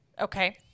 Okay